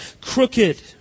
crooked